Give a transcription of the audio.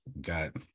got